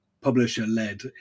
publisher-led